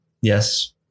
Yes